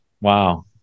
Wow